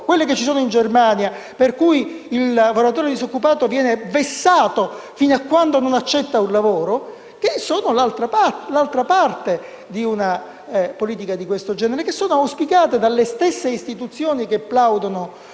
lavoro che ci sono in Germania, per cui il lavoratore disoccupato viene vessato fino quando non accetta un lavoro, che sono l'altra parte di una politica di questo genere e che sono auspicate dalle stesse istituzioni che plaudono